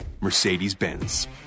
Mercedes-Benz